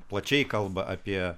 plačiai kalba apie